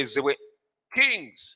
Kings